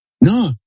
No